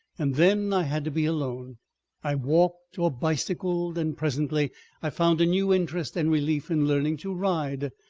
and then i had to be alone i walked, or bicycled, and presently i found a new interest and relief in learning to ride.